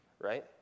right